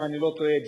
אם אני לא טועה,